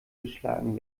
geschlagen